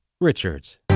Richards